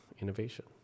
innovation